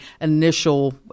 initial